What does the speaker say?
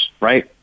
Right